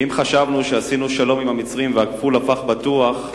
ואם חשבנו שעשינו שלום עם המצרים והגבול הפך בטוח,